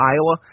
Iowa